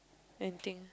renting